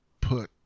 put